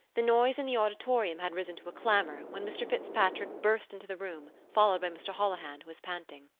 the noise in the auditorium had risen to a clamour when mr. fitzpatrick burst into the room, followed by mr. holohan, who was panting.